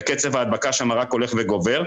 וקצב ההדבקה שם רק הולך וגובר,